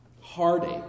heartache